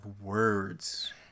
words